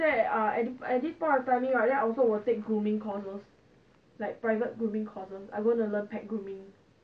I thought you say